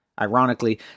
Ironically